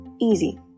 Easy